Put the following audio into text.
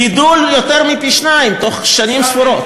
גידול של יותר מפי-שניים בתוך שנים ספורות.